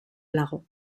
lago